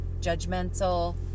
judgmental